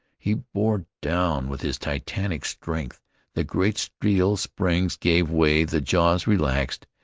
he bore down with his titanic strength the great steel springs gave way, the jaws relaxed,